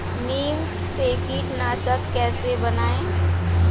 नीम से कीटनाशक कैसे बनाएं?